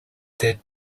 that